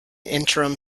interim